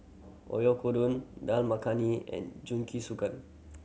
Oyakodon Dal Makhani and Jingisukan